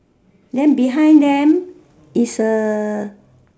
then behind them is A